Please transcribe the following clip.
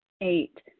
Eight